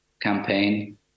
campaign